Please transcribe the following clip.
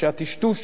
שהטשטוש